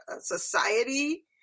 society